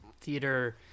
theater